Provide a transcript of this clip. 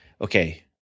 okay